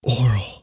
oral